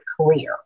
career